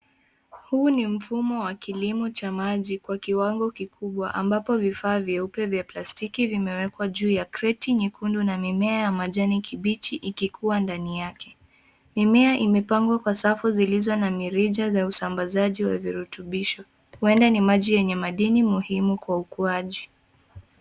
Huu ni mfumo wa kilimo cha maji kwa kiwango kikubwa ambapo vifaa vyeupe vya plastiki vimewekwa juu ya kreti nyekundu na mimea ya majani kibichi ikikua ndani yake. Mimea imepangwa kwa safu zilizo na mirija za usambazaji wa virutubisho. Huenda ni maji yenye madini muhimu kwa ukuaji.